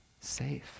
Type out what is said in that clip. safe